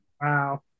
Wow